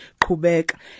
Quebec